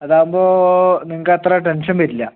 അതാവുമ്പോൾ നിങ്ങൾക്ക് അത്ര ടെൻഷൻ വരില്ല